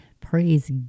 praise